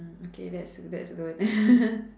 mm okay that's that's good